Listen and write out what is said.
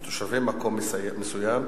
תושבי מקום מסוים,